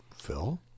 phil